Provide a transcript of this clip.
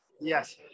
Yes